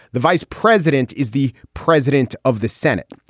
the vice president is the president of the senate.